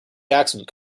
incident